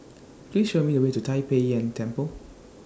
Please Show Me The Way to Tai Pei Yuen Temple